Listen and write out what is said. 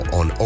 on